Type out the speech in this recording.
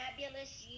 fabulous